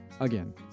Again